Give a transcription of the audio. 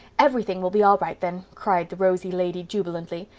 everything will be all right then, cried the rosy lady jubilantly.